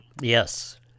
yes